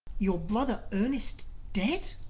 your brother ernest dead?